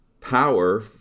power